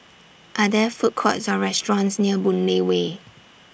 Are There Food Courts Or restaurants near Boon Lay Way